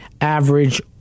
average